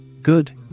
Good